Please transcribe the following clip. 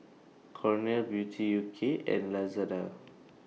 Cornell Beauty U K and Lazada